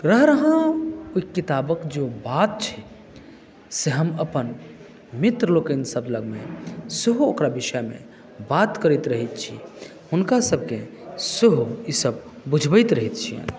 रहि रहि ओ किताबके जे बात छै से हम अपन मित्र लोकनि सभ लगमे सेहो ओकर विषयमे बात करैत रहैत छी हुनका सभके सेहो ई सभ बुझबैत रहैत छियनि